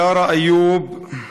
יארא איוב,